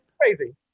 Crazy